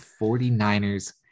49ers